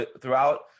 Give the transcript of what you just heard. throughout